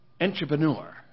entrepreneur